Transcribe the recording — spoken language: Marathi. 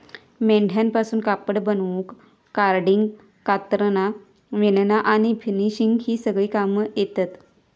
मेंढ्यांपासून कापड बनवूक कार्डिंग, कातरना, विणना आणि फिनिशिंग ही सगळी कामा येतत